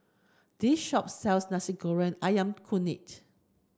this shop sells Nasi Goreng Ayam Kunyit